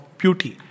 beauty